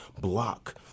Block